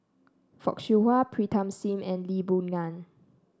Fock Siew Wah Pritam Singh and Lee Boon Ngan